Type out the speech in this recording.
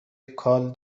کال